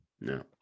No